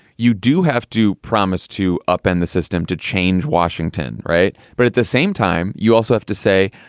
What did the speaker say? you do have to promise to upend the system to change washington. right. but at the same time, you also have to say,